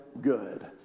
good